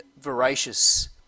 voracious